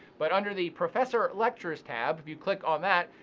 but under the professor lectures tab, if you click on that,